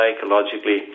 psychologically